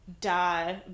die